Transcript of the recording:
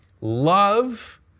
Love